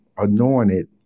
anointed